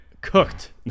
cooked